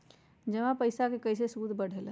जमा पईसा के कइसे सूद बढे ला?